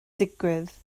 digwydd